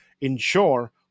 ensure